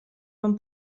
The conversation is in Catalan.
van